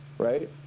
Right